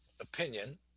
opinion